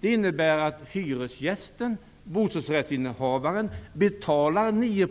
Det innebär att hyresgästen eller bostadsrättsinnehavaren betalar 9